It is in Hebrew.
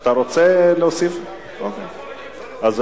אנחנו